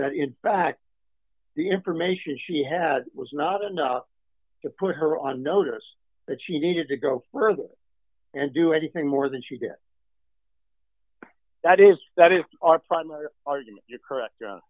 that in fact the information she had was not enough to put her on notice that she needed to go further and do anything more than she did that is that is our primary argument you're correct